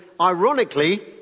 ironically